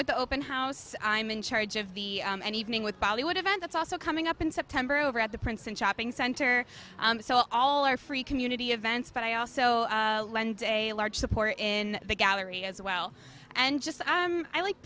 with the open house i'm in charge of the evening with bollywood event that's also coming up in september over at the prince and shopping center so all are free community events but i also lend a large support in the gallery as well and just i like